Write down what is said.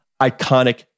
iconic